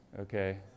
Okay